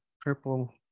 purple